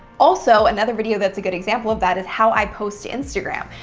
also, another video that's a good example of that is how i post to instagram.